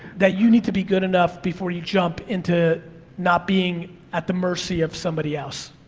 that you need to be good enough before you jump into not being at the mercy of somebody else.